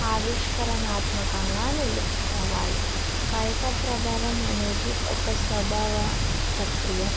ఆవిష్కరణాత్మకంగా నిలుపుకోవాలి బయట ప్రభావం అనేది ఒక స్వభావ ప్రక్రియ